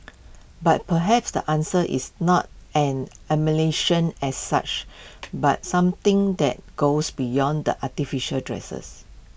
but perhaps the answer is not an as such but something that goes beyond the artificial dresses